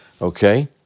Okay